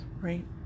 right